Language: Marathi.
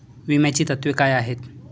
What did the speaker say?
विम्याची तत्वे काय आहेत?